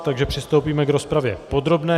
Takže přistoupíme k rozpravě podrobné.